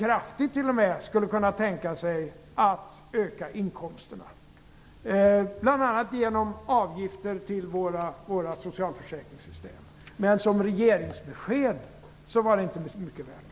Man talade om att man kunde tänka sig att öka inkomsterna - rätt kraftigt t.o.m. - bl.a. genom avgifter till våra socialförsäkringssystem. Men som regeringsbesked var det inte mycket värt!